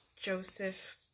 Joseph